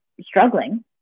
struggling